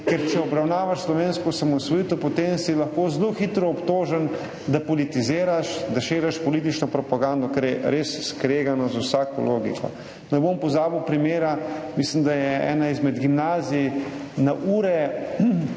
Ker če obravnavaš slovensko osamosvojitev, potem si lahko zelo hitro obtožen, da politiziraš, da širiš politično propagando, kar je res skregano z vsako logiko. Ne bom pozabil primera, mislim, da je ena izmed gimnazij na ure